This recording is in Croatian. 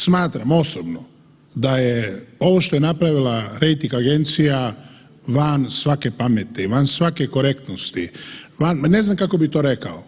Smatram osobno da je ovo što je napravila rejting agencija van svake pameti, van svake korektnosti, ne znam kako bi to rekao.